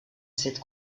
cette